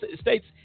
states